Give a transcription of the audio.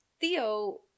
Theo